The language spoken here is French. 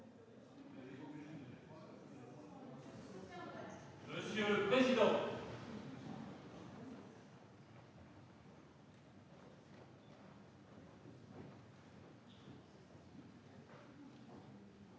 Monsieur le président,